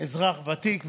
אזרח ותיק,